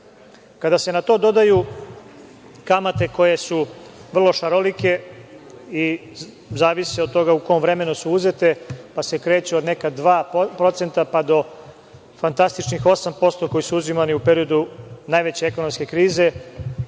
Kada se na to dodaju kamate koje su vrlo šarolike i zavise od toga u kom vremenu su uzete, pa se kreću od neka 2% do fantastičnih 8% koji su uzimani u periodu najveće ekonomske krize,